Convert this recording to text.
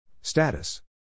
Status